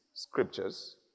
Scriptures